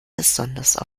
besonders